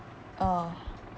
ah